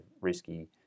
risky